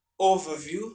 overview